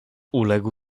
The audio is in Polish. uległ